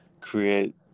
create